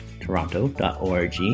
toronto.org